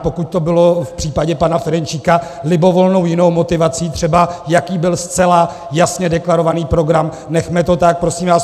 Pokud to bylo v případě pana Ferjenčíka libovolnou jinou motivací, třeba jaký byl zcela jasně deklarovaný program, nechme to tak, prosím vás.